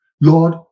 Lord